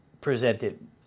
presented